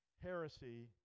Heresy